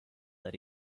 that